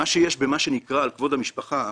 מה שיש במה שנקרא כבוד המשפחה,